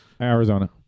Arizona